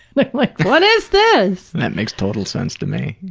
like like, what is this! that makes total sense to me.